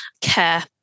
care